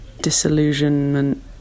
Disillusionment